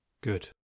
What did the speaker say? Good